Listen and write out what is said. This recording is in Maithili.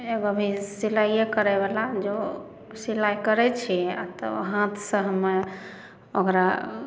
अभी सिलाइ करै बला जो सिलाइ करै छियै आ तब हाथ सँ हम ओकरा